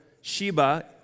Sheba